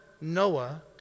Noah